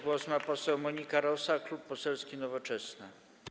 Głos ma pani poseł Monika Rosa, Klub Poselski Nowoczesna.